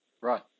Right